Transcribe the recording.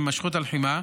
עם הימשכות הלחימה,